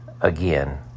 Again